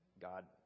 God